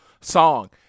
song